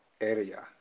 area